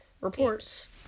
reports